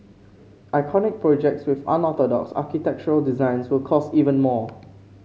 iconic projects with unorthodox architectural designs will cost even more